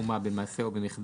בתיאום עם משרד